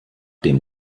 dem